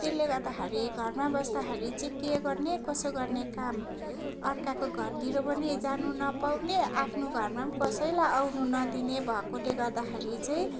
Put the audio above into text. त्यसले गर्दाखेरि घरमा बस्ताखेरि चाहिँ के गर्ने कसो गर्ने काम अर्काको घरतिर पनि जानु नपाउने आफ्नो घरमा पनि कसैलाई आउन नदिने भएकोले गर्दाखेरि चाहिँ